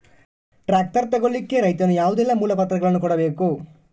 Tractor ತೆಗೊಳ್ಳಿಕೆ ರೈತನು ಯಾವುದೆಲ್ಲ ಮೂಲಪತ್ರಗಳನ್ನು ಕೊಡ್ಬೇಕು?